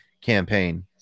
campaign